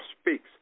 speaks